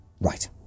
Right